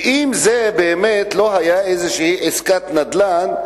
ואם זאת באמת לא היתה איזו עסקת נדל"ן,